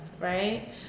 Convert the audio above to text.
right